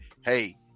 hey